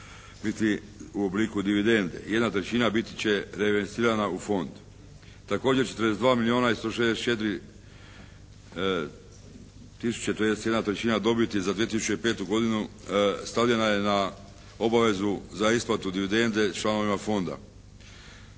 biti u obliku dividende. Jedna trećina biti će … /Govornik se ne razumije./ … u Fond. Također 42 milijuna i 164 tisuće tj. jedna trećina dobiti za 2005. godinu stavljena je na obavezu za isplatu dividende članovima Fonda.